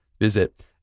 visit